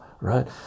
right